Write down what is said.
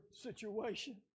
situation